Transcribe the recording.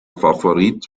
favorit